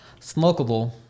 smokable